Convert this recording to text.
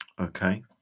okay